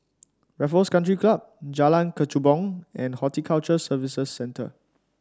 Raffles Country Club Jalan Kechubong and Horticulture Services Centre